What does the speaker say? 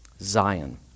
Zion